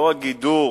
לא רק גידור